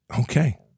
okay